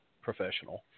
professional